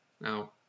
Now